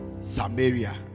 samaria